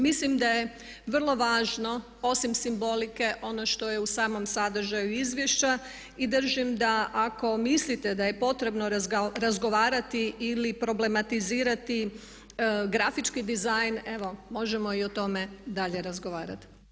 Mislim da je vrlo važno osim simbolike ono što je u samom sadržaju izvješća i držim da ako mislite da je potrebno razgovarati ili problematizirati grafički dizajn evo možemo i o tome dalje razgovarati.